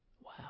Wow